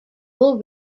will